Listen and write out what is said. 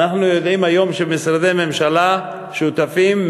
אנחנו יודעים היום שמשרדי ממשלה שותפים,